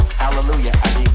Hallelujah